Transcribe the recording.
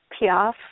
Piaf